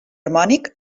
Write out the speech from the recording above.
harmònic